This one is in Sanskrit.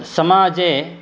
समाजे